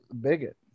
bigot